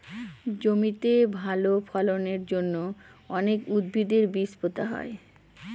জমিতে ভালো ফলনের জন্য অনেক উদ্ভিদের বীজ পোতা হয়